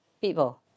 people